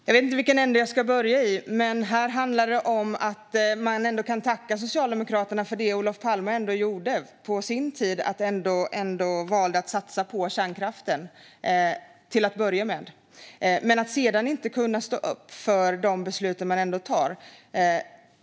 Fru talman! Jag vet inte i vilken ände jag ska börja. Men här kan man tacka Socialdemokraterna för det Olof Palme ändå gjorde på sin tid när han valde att satsa på kärnkraften till att börja med. Men sedan kan ni inte stå upp för de beslut som ni fattar.